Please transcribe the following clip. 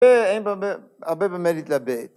‫אה, אין באמת... ‫האבא באמת התלבט.